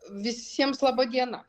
visiems laba diena